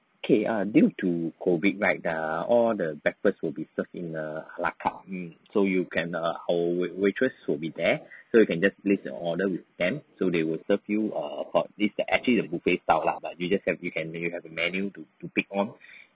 okay err due to COVID right the all the breakfast will be served in err a la carte mm so you can err hold wait~ waitress will be there so you can just place the order with them so they will serve you err hot this it's actually a buffet style lah but you just have you can you'll have a menu to to pick on